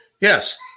Yes